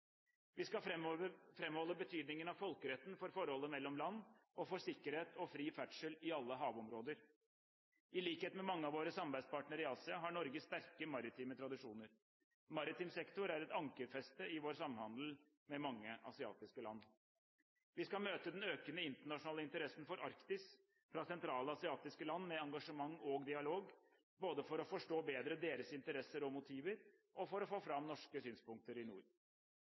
Vi skal framholde betydningen av folkeretten for forholdet mellom land og for sikkerhet og fri ferdsel i alle havområder. I likhet med mange av våre samarbeidspartnere i Asia har Norge sterke maritime tradisjoner. Maritim sektor er et ankerfeste i vår samhandel med mange asiatiske land. Vi skal møte den økende internasjonale interessen for Arktis fra sentrale asiatiske land med engasjement og dialog, både for å forstå bedre deres interesser og motiver og for å få fram norske synspunkter i nord.